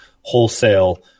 wholesale